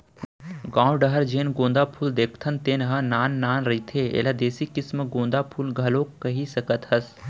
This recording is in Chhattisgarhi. गाँव डाहर जेन गोंदा फूल देखथन तेन ह नान नान रहिथे, एला देसी किसम गोंदा फूल घलोक कहि सकत हस